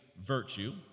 Virtue